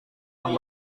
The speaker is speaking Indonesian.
yang